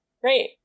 great